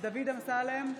דוד אמסלם,